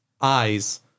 eyes